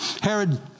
Herod